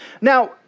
Now